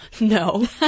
no